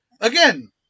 Again